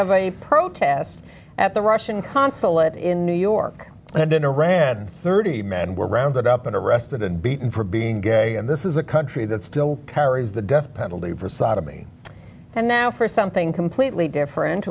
of a protest at the russian consulate in new york and in a red thirty men were rounded up and arrested and beaten for being gay and this is a country that still carries the death penalty for sodomy and now for something completely different